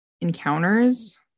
encounters